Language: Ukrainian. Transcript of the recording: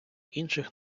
інших